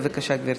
בבקשה, גברתי.